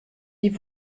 die